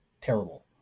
terrible